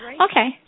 Okay